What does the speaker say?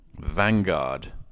vanguard